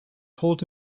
told